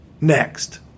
Next